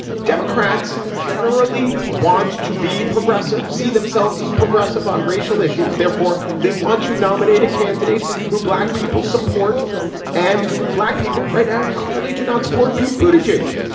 democrats generally want to be progressive see themselves as progressive on racial issues. therefore they want to nominate a candidate who black people support and black people right now clearly do not support people footage.